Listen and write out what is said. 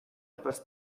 etwas